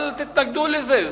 אל תתנגדו לזה,